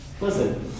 listen